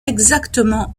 exactement